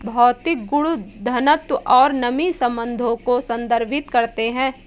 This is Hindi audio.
भौतिक गुण घनत्व और नमी संबंधों को संदर्भित करते हैं